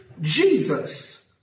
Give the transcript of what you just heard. Jesus